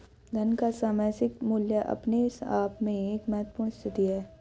धन का सामयिक मूल्य अपने आप में एक महत्वपूर्ण स्थिति है